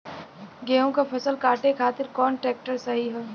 गेहूँक फसल कांटे खातिर कौन ट्रैक्टर सही ह?